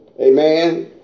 Amen